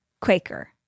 Quaker